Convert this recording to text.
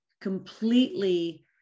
completely